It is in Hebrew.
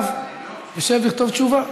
ברב שיושב לכתוב תשובה.